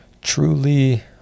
Truly